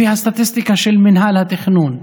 לפי הסטטיסטיקה של מינהל התכנון,